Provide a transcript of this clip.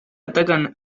atacan